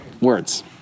words